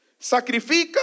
Sacrifica